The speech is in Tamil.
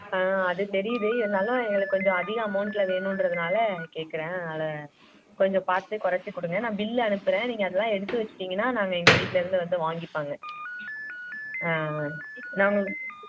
ஆ அது தெரியுது இருந்தாலும் எங்களுக்கு கொஞ்சம் அதிக அமௌண்ட்டில் வேணுன்றதுனால கேட்குறேன் அதனால் கொஞ்சம் பார்த்து குறச்சி கொடுங்க நான் பில்லு அனுப்புறேன் நீங்கள் அதெல்லாம் எடுத்துகிட்டு வச்சிட்டிங்கனா நாங்கள் எங்கள் வீட்லருந்து வந்து வாங்கிப்பாங்க ஆ ஆ நாங்கள்